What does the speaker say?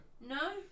No